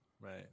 right